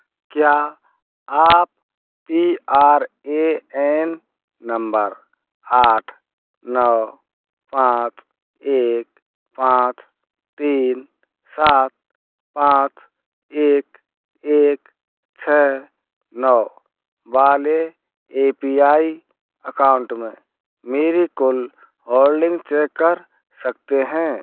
क्या आप P R A N number आठ नौ पाँच एक पाँच तीन सात पाँच एक एक छः नौ वाले ए पी आई अकाउंट में मेरे कुल होल्डिंग चेक कर सकते है